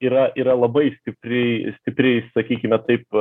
yra yra labai stipri stipri sakykime taip